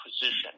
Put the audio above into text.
position